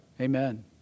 Amen